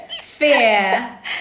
fear